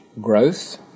growth